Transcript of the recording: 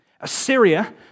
Assyria